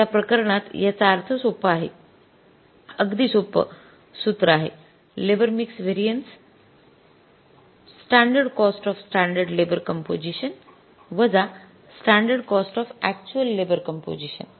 त्या प्रकरणात याचा अर्थ सोपा आहे अगदी सोपा सूत्र आहे labour mix variances standard cost of standard labour composition वजा standard cost of actual labour composition